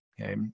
Okay